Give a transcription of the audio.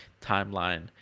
timeline